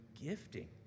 gifting